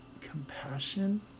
compassion